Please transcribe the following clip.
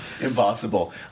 Impossible